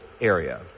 area